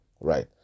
Right